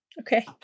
Okay